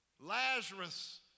Lazarus